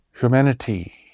Humanity